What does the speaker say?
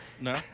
No